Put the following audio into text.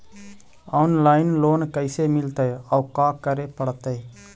Online loan कैसे मिलतै औ का करे पड़तै?